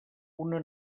una